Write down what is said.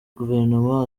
guverinoma